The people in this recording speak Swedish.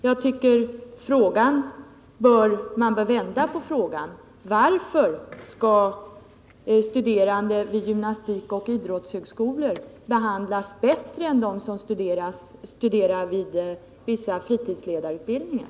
Jag tycker att man bör vända på frågan: Varför skall studerande vid gymnastikoch idrottshögskoleutbildning behandlas bättre än de som studerar vid vissa fritidsledarutbildningar?